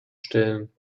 stellen